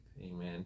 Amen